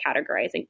categorizing